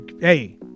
Hey